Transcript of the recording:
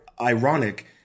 ironic